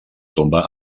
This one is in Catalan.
tomba